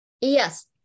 Yes